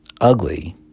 ugly